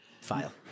file